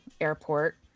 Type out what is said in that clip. Airport